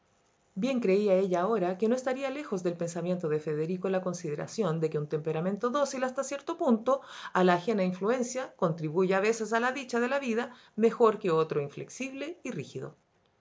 bien creía ella ahora que no estaría lejos del pensamiento de federico la consideración de que un temperamento dócil hasta cierto punto a ia ajena influencia contribuye a veces a la dicha de la vida mejor que otro inflexible y rígido